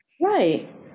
right